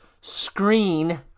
screen